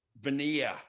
veneer